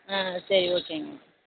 ஆ சரி ஓகேங்க